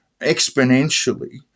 exponentially